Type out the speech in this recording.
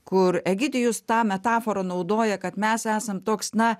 kur egidijus tą metaforą naudoja kad mes esam toks na